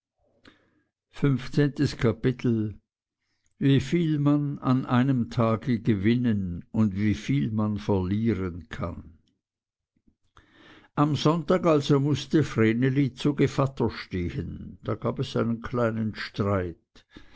fünfzehntes kapitel wie viel man an einem tage gewinnen und wie viel man verlieren kann am sonntag also mußte vreneli zu gevatter stehen da gab es einen kleinen streit